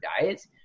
diets